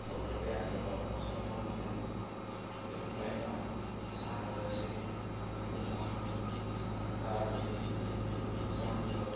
ꯇꯧꯗ꯭ꯔꯕ ꯌꯥꯗ꯭ꯔꯕ ꯄꯣꯠꯁꯛ ꯑꯃꯒꯨꯝꯕꯅꯦ ꯀꯔꯤꯒꯨꯝꯕ ꯑꯩꯅ ꯁꯥꯟꯅꯕ ꯑꯁꯤ ꯃꯄꯨꯡ ꯐꯥꯅ ꯁꯥꯟꯅꯕ ꯇꯥꯔꯕꯗꯤ ꯑꯩꯒꯤ ꯍꯛꯆꯥꯡꯗ